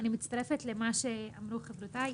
אני מצטרפת לדברי חברותיי.